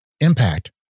impact